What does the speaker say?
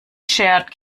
shared